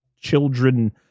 children